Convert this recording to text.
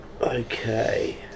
Okay